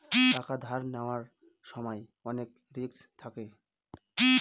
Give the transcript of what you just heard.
টাকা ধার নেওয়ার সময় অনেক রিস্ক থাকে